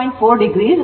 4o volt ಆಗಿದೆ